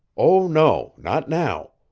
oh, no not now.